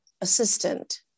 assistant